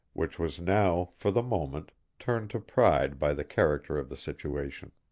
which was now for the moment turned to pride by the character of the situation.